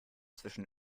zwischen